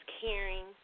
caring